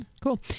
Cool